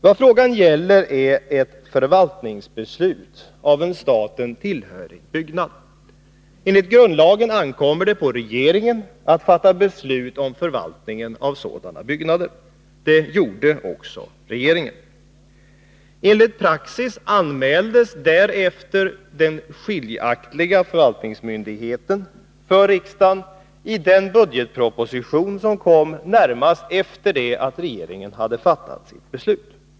Vad frågan gäller är ett förvaltningsbeslut rörande en staten tillhörig byggnad. Enligt grundlagen ankommer det på regeringen att fatta beslut om förvaltningen av sådana byggnader. Det gjorde också regeringen. Enligt praxis anmäldes därefter den nya ordningen för riksdagen i den budgetproposition som kom närmast efter det att regeringen hade fattat sitt beslut.